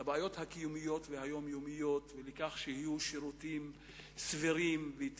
לבעיות הקיומיות והיומיומיות ולכך שיהיו שירותים סבירים ויהיה